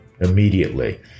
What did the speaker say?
immediately